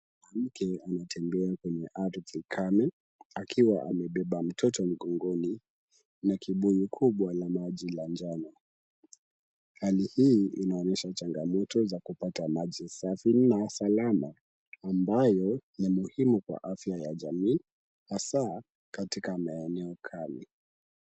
Mwanamke anatembea kwenye ardhi kame akiwa amebeba mtoto mgongoni na kibuyu kubwa la maji la njano. Hali hii inaonyesha changamoto za kupata maji safi na salama ambayo ni muhimu kwa afya ya jamii hasa katika maeneo kame.